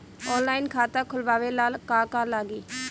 Online खाता खोलबाबे ला का का लागि?